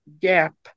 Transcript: gap